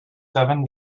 seven